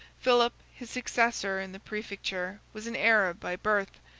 philip, his successor in the praefecture, was an arab by birth,